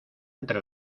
entre